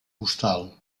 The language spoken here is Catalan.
hostal